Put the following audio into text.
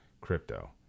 crypto